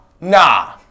nah